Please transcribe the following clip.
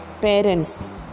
parents